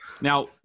now